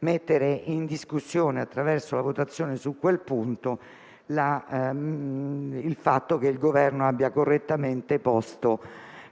mettere in discussione, attraverso la votazione su quel punto, il fatto che il Governo abbia correttamente posto